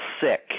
sick